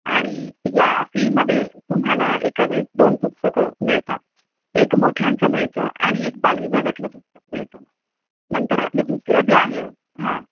आणि या फीमध्ये तुम्हाला एकावेळेस दोन पुस्तकं मिळतात एक मोठ्यांचं मिळतं आणि एक बालविभागातलं पुस्तक मिळतं नंतर आपलं दुसरं जे आहे हां